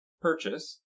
purchase